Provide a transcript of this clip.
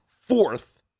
fourth